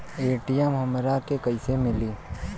ATM हमरा के कइसे मिली?